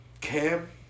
Cam